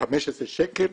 15 שקל,